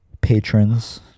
patrons